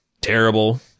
terrible